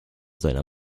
seiner